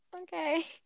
Okay